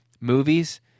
movies